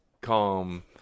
calm